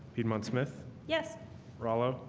piedmont smith. yes rallo.